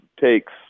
takes